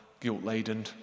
Guilt-laden